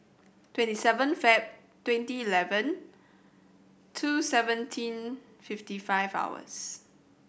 twenty seven Feb twenty eleven two seventeen fifty five hours